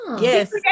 Yes